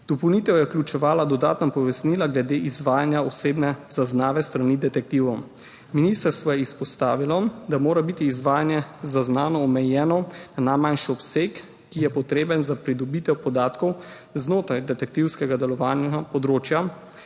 Dopolnitev je vključevala dodatna pojasnila glede izvajanja osebne zaznave s strani detektivov. Ministrstvo je izpostavilo, da mora biti zaznano izvajanje omejeno na manjši obseg, ki je potreben za pridobitev podatkov znotraj detektivskega področja,